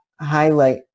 highlight